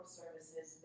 services